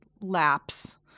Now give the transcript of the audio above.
lapse